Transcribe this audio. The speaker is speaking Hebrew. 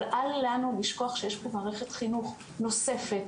אבל אל לנו לשכוח שיש פה מערכת חינוך נוספת,